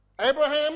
Abraham